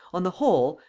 on the whole,